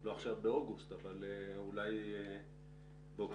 לא עכשיו באוגוסט אבל אולי באוקטובר.